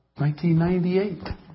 1998